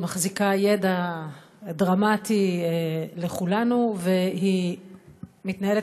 היא מחזיקה ידע דרמטי לכולנו והיא מתנהלת